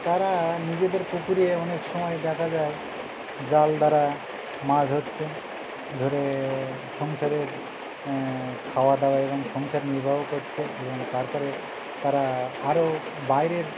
তারা নিজেদের পুকুরে অনেক সময় দেখা যায় জাল দ্বারা মাছ ধরছে ধরে সংসারের খাওয়াদাওয়া এবং সংসার নির্বাহ করছে এবং তারপরে তারা আরও বাইরের